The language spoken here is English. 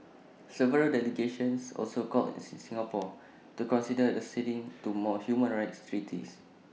several delegations also called on Singapore to consider acceding to more human rights treaties